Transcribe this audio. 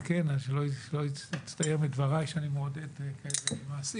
שלא יצטייר מדבריי שאני מעודד כאלו מעשים